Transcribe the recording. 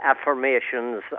affirmations